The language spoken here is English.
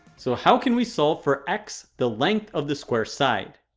so, how can we solve for x, the length of the square's side?